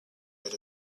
that